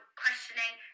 questioning